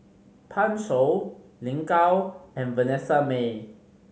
Pan Shou Lin Gao and Vanessa Mae